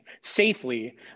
safely